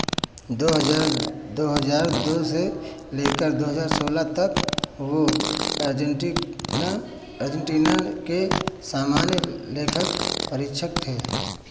दो हज़ार दो हज़ार दो से लेकर दो हज़ार सोलह तक वह अर्जेंटीना अर्जेंटीना के सामान्य लेखक परीक्षक थे